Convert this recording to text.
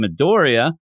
Midoriya